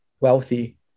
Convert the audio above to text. wealthy